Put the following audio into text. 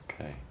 Okay